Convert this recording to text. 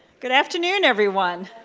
good afternoon, everyone.